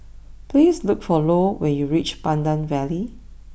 please look for Lou when you reach Pandan Valley